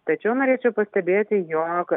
tačiau norėčiau pastebėti jog